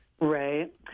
right